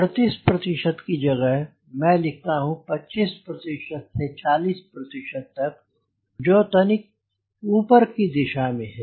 38 की जगह में लिखता हूं 25 से 40 तक जो तनिक ऊपर की दिशा में है